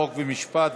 חוק ומשפט,